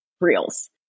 reels